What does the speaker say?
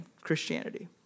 Christianity